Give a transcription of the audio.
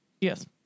Yes